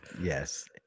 Yes